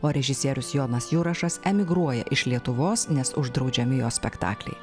o režisierius jonas jurašas emigruoja iš lietuvos nes uždraudžiami jo spektakliai